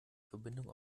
verbindung